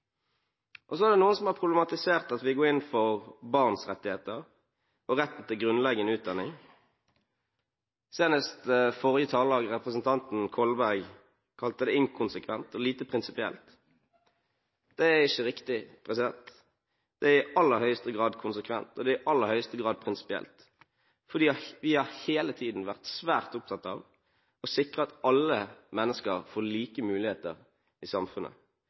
politikk. Så er det noen som har problematisert at vi går inn for barns rettigheter og retten til grunnleggende utdanning. Senest forrige taler, representanten Kolberg, kalte det inkonsekvent og lite prinsipielt. Det er ikke riktig, det er i aller høyeste grad konsekvent, og det er i aller høyeste grad prinsipielt, for vi har hele tiden vært svært opptatt av å sikre at alle mennesker får like muligheter i samfunnet